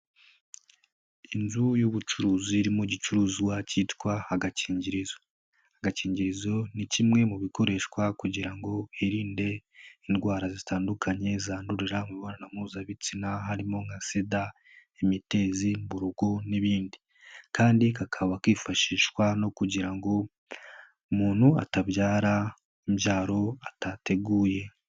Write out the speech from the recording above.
Inzu y'ubucuruzi irimo igicuruzwa cyitwa agakingirizo, agakingirizo ni kimwe mu bikoreshwa kugira ngo hirinde indwara zitandukanye zandurira mu mibonano mpuzabitsina harimo nka sida, imitezi mburugu n'ibindi, kandi kakaba kifashishwa no kugira ngo umuntu atabyara imbyaro atateguye.